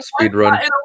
speedrun